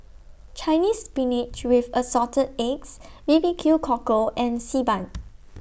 Chinese Spinach with Assorted Eggs B B Q Cockle and Xi Ban